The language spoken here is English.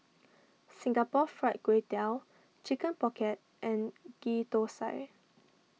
Singapore Fried Kway Tiao Chicken Pocket and Ghee Thosai